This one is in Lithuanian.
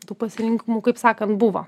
tų pasirinkimų kaip sakant buvo